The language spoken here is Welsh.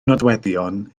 nodweddion